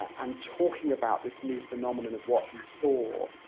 and talking about this new phenomenon of what he saw,